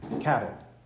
cattle